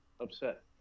upset